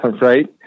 right